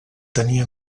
tenir